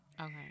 Okay